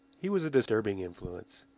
he was a disturbing influence.